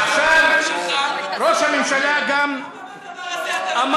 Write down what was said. ראש הממשלה גם אמר,